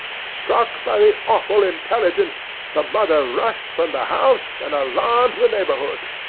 struck by the awful intelligence the mother rushed from the house, and alarmed the neighbourhood.